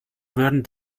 würden